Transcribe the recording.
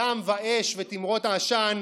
בדם ואש ותימרות עשן,